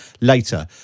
later